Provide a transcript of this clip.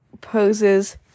poses